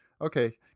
Okay